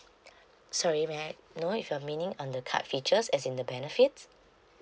sorry may I know if you're meaning on the card features as in the benefits